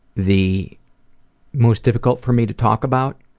the most difficult for me to talk about,